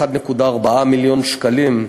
1.4 מיליון שקלים.